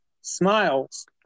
Smiles